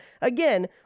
Again